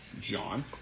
John